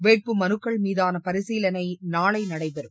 வேட்புமனுக்கள் மீதான பரிசீலனை நாளை நடைபெறும்